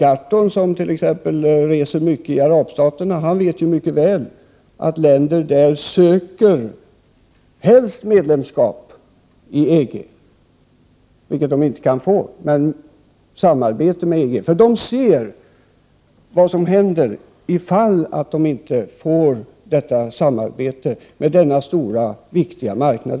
Per Gahrton, som reser mycket i arabstaterna, vet mycket väl att de länderna helst skulle vilja söka medlemskap i EG, vilket de inte kan få. Men de söker därför i stället samarbete, för de vet vad som händer ifall de inte får samarbete med denna Prot. 1988/89:129 stora viktiga marknad.